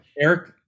Eric